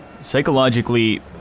Psychologically